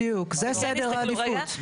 בדיוק, זה סדר העדיפות.